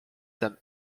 that